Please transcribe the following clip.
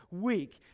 weak